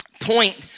point